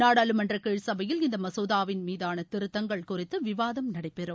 நாடாளுமன்ற கீழ் சபையில் இந்த மசோதாவின் மீதான திருத்தங்கள் குறித்து விவாதம் நடைபெறும்